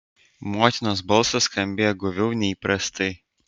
motinos balsas skambėjo guviau nei įprastai